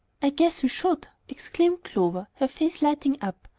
i guess we should, exclaimed clover, her face lighting up.